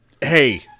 hey